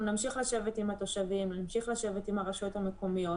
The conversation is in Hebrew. אנחנו נמשיך לשבת עם התושבים ועם הרשויות המקומיות